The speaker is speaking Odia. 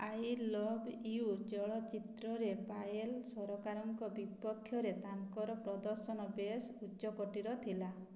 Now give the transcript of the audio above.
ଆଇ ଲଭ୍ ୟୁ ଚଳଚ୍ଚିତ୍ରରେ ପାୟଲ୍ ସରକାରଙ୍କ ବିପକ୍ଷରେ ତାଙ୍କର ପ୍ରଦର୍ଶନ ବେଶ୍ ଉଚ୍ଚକୋଟୀର ଥିଲା